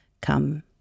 come